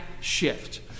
shift